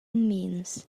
means